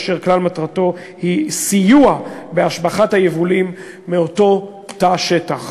וכלל מטרתו של הפרויקט היא סיוע בהשבחת היבולים מאותו תא שטח.